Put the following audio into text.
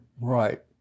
Right